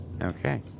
Okay